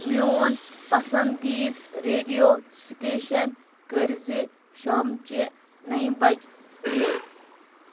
میون پسندیٖد radio station کٔرۍزِ شامچِہ نَیِہ بجہِ پٕلے